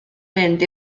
fynd